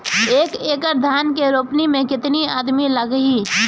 एक एकड़ धान के रोपनी मै कितनी आदमी लगीह?